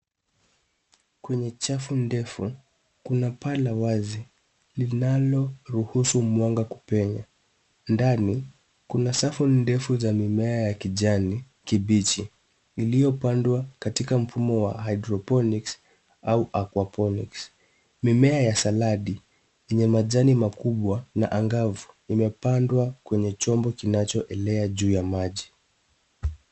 Kwenye chafu ndefu kuna paa la wazi linalo ruhusu mwanga kupenya. Ndani kuna safu ndefu za mimea ya kijani kibichi iliyo pandwa katika mfumo wa hydroponics au aquaponics . Mimea ya saladi yenye majani makubwa na angavu imepandwa kwenye chombo kinacho elea juu ya maji.